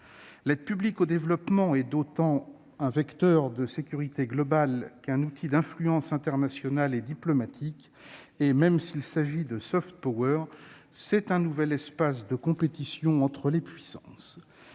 L'aide publique au développement est autant un vecteur de sécurité globale qu'un outil d'influence internationale et diplomatique. Même s'il s'agit de, c'est un nouvel espace de compétition entre les puissances.